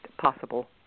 possible